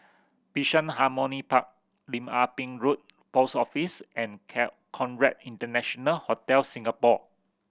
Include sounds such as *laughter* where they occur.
Bishan Harmony Park Lim Ah Pin Road Post Office and *unintelligible* Conrad International Hotel Singapore